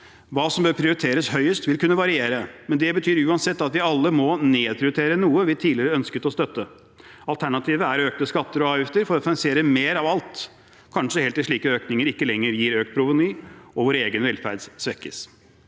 Hva som bør prioriteres høyest, vil kunne variere. Men det betyr uansett at vi alle må nedprioritere noe vi tidligere ønsket å støtte. Alternativet er økte skatter og avgifter for å finansiere mer av alt – kanskje helt til slike økninger ikke lenger gir økt proveny, og vår egen velferd svekkes.